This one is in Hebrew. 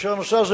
כאשר הנושא הזה,